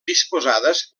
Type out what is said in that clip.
disposades